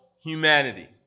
humanity